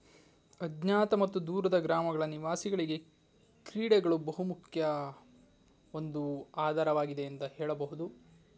ಅಜ್ಞಾತ ಮತ್ತು ದೂರದ ಗ್ರಾಮಗಳ ನಿವಾಸಿಗಳಿಗೆ ಕ್ರೀಡೆಗಳು ಬಹುಮುಖ್ಯ ಒಂದು ಆಧಾರವಾಗಿದೆ ಎಂದು ಹೇಳಬಹುದು